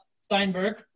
Steinberg